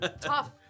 Tough